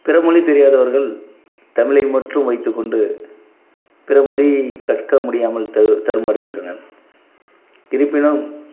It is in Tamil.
பிற மொழி தெரியாதவர்கள் தமிழை மட்டும் வைத்துக்கொண்டு பிற மொழியை கற்க முடியாமல் த தடுமாறுகின்றனர் இருப்பினும்